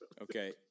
Okay